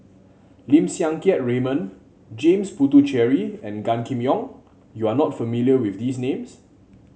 Lim Siang Keat Raymond James Puthucheary and Gan Kim Yong You are not familiar with these names